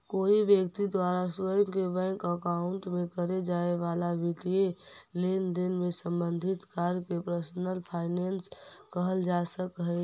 कोई व्यक्ति द्वारा स्वयं के बैंक अकाउंट में करे जाए वाला वित्तीय लेनदेन से संबंधित कार्य के पर्सनल फाइनेंस कहल जा सकऽ हइ